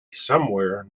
somewhere